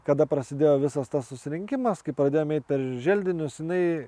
kada prasidėjo visas tas susirinkimas kai pradėjom eiti per želdinius jinai